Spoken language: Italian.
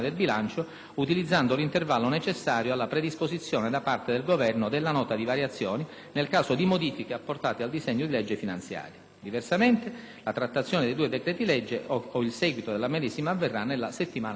utilizzando l'intervallo necessario alla predisposizione da parte del Governo della Nota di variazioni, nel caso di modifiche apportate al disegno di legge finanziaria. Diversamente, la trattazione dei due decreti-legge o il seguito della medesima avverrà nella settimana successiva.